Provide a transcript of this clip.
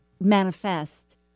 manifest